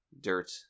dirt